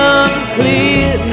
unclear